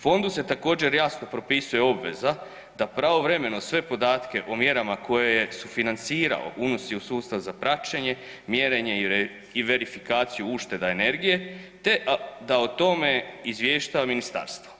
Fondu se također jasno propisuje obveza da pravovremeno sve podatke o mjerama koje je sufinancirao unosi u sustav za praćenje, mjerenje i verifikaciju ušteda energije te da o tome izvještava ministarstvo.